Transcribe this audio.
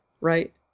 right